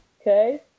Okay